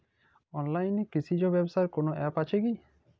অনলাইনে কৃষিজ ব্যবসার কোন আ্যপ আছে কি?